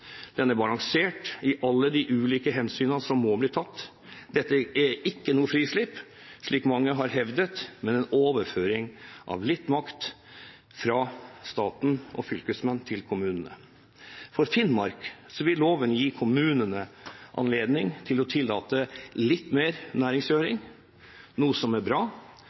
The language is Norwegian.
Den er balansert i alle de ulike hensynene som må bli tatt. Dette er ikke noe frislipp, slik mange har hevdet, men en overføring av litt makt fra staten og fylkesmenn til kommunene. For Finnmark vil loven gi kommunene anledning til å tillate litt mer næringskjøring, noe som er bra.